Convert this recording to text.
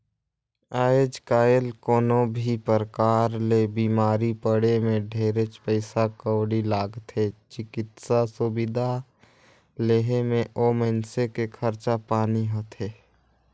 आयज कायल कोनो भी परकार ले बिमारी पड़े मे ढेरेच पइसा कउड़ी लागथे, चिकित्सा सुबिधा लेहे मे ओ मइनसे के खरचा पानी होथे